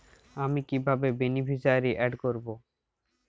আমি কিভাবে beneficiary add করব?